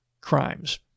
crimes